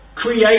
Create